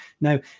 Now